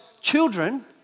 children